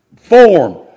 form